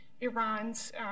Iran's